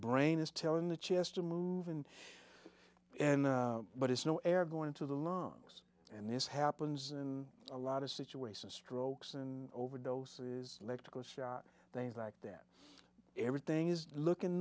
brain is telling the chest to move in and but it's no air going into the lungs and this happens in a lot of situations strokes and overdoses electrical shock things like that everything is looking